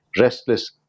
restless